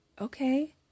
okay